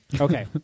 Okay